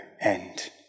end